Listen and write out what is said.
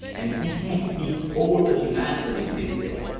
and we can't meet all the demands that exist there.